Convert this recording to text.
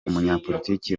umunyapolitiki